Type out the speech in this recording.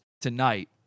tonight